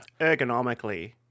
Ergonomically